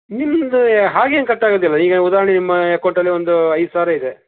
ಇಲ್ಲ ಹಾಗೇನು ಕಟ್ ಆಗೋದಿಲ್ಲ ಈಗ ಉದಾರ್ಣೆಗೆ ನಿಮ್ಮ ಅಕೌಂಟಲ್ಲಿ ಒಂದು ಐದು ಸಾವಿರ ಇದೆ